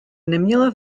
neměla